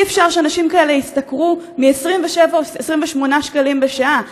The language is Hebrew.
אי-אפשר שאנשים כאלה ישתכרו 27 או 28 שקלים בשעה.